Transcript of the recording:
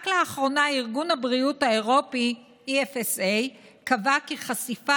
רק לאחרונה ארגון הבריאות האירופי EFSA קבע כי חשיפה